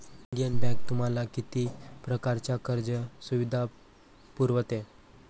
Indian bank तुम्हाला किती प्रकारच्या कर्ज सुविधा पुरवते?